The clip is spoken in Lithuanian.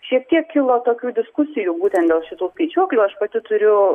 šiek tiek kilo tokių diskusijų būtent dėl šitų skaičiuoklių aš pati turiu